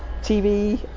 tv